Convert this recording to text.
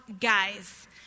guys